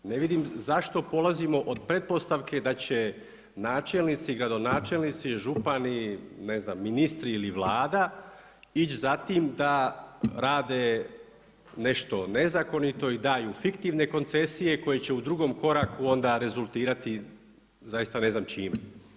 Ne vidim zašto polazimo od pretpostavke da će načelnici, gradonačelnici i župani, ne znam ministri ili Vlada ići za time da rade nešto nezakonito i daju fiktivne koncesije koje će u drugom koraku onda rezultirati zaista ne znam čime.